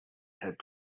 had